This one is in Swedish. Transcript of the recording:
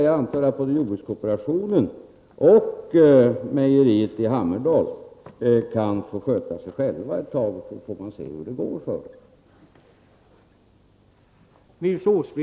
Jag tycker att både jordbrukskooperationen och mejeriet i Hammerdal kan få sköta sig själva ett tag, så får man se hur det går för dem.